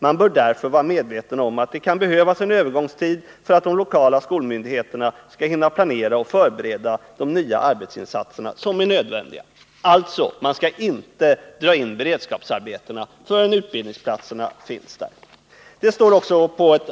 Man bör därför vara medveten om att det kan behövas en övergångstid för att de lokala skolmyndigheterna skall hinna planera och förbereda de nya utbildningsinsatser som är nödvändiga.” Beredskapsarbetena skall alltså inte dras in, förrän det finns tillräckligt antal utbildningsplatser.